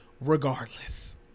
regardless